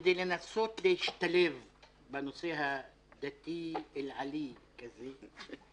-- כדי לנסות להשתלב בנושא הדתי "אל עלי" כזה.